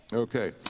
Okay